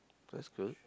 that's good